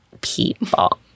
people